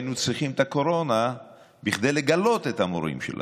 היינו צריכים את הקורונה כדי לגלות את המורים שלנו,